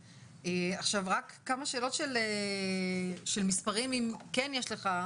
כמה שאלות של מספרים אם כן יש לך,